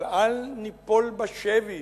אבל אל ניפול בשבי